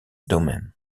domain